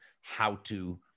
how-to